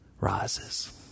rises